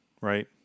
right